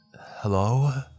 Hello